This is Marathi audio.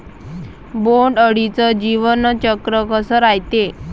बोंड अळीचं जीवनचक्र कस रायते?